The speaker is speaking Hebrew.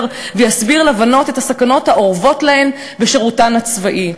ויסביר לבנות את הסכנות האורבות להן בשירותן הצבאי.